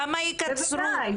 כמה יקצרו?